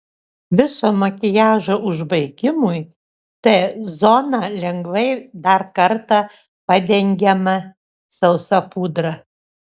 viso makiažo užbaigimui t zoną lengvai dar kartą padengiame sausa pudra